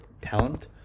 talent